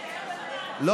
שמור לפעם הבאה, מיקי.